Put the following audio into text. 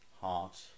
heart